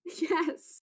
Yes